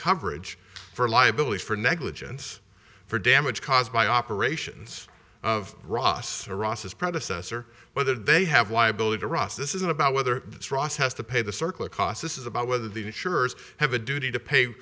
coverage for liability for negligence for damage caused by operations of ross or ross's predecessor whether they have liability or ross this isn't about whether it's ross has to pay the circle of cost this is about whether the insurers have a duty to pay